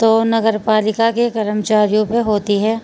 تو نگر پالکا کے کرمچاریوں پہ ہوتی ہے